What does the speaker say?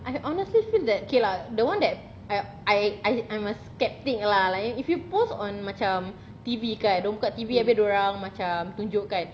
I honestly feel that K lah the one that I I I I'm a sceptic lah like you if you post on macam T_V kan dia orang buka T_V dia orang macam tunjuk kan